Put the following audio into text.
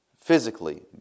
physically